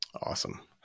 Awesome